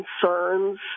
concerns